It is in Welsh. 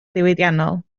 diwydiannol